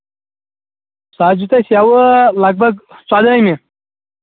سُہ حظ دیُت اَسہِ یَوٕ لگ بگ ژۄدہٲیمہِ